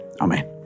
Amen